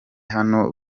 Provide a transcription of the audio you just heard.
hano